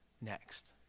next